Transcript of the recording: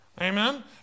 Amen